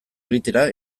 egitera